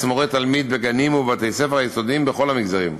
מורה תלמיד בגנים ובבתי-הספר היסודיים בכל המגזרים.